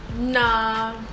Nah